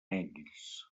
ells